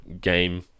game